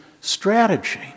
strategy